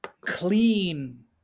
clean